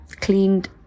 cleaned